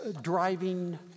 driving